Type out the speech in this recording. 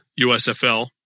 USFL